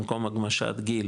במקום הגמשת גיל,